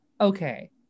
okay